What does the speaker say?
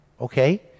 okay